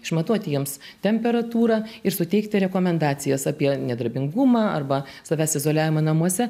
išmatuoti jiems temperatūrą ir suteikti rekomendacijas apie nedarbingumą arba savęs izoliavima namuose